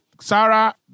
Sarah